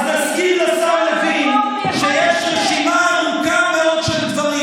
אז נזכיר לשר לוין שיש רשימה ארוכה מאוד של דברים